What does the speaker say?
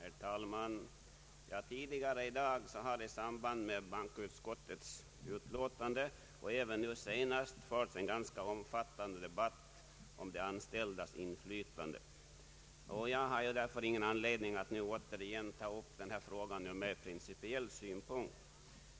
Herr talman! Vi har tidigare i dag i samband med bankoutskottets utlåtande och även beträffande det senaste ärendet fört en ganska omfattande debatt om de anställdas inflytande. Jag har därför ingen anledning att åter ta upp denna fråga från principiell synpunkt.